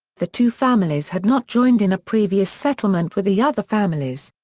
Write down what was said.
the two families had not joined in a previous settlement with the other families.